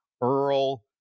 Earl